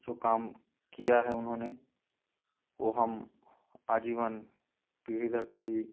जो काम किया है उन्होंने वह हम आजीवन पीढ़ी दर पीढ़ी